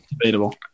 debatable